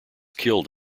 killed